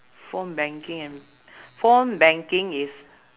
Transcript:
phone banking and phone banking is